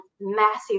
massive